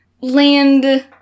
Land